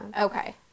okay